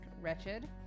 wretched